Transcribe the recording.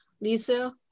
Lisa